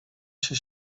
się